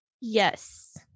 Yes